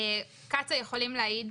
קצא"א יכולים להעיד,